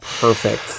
Perfect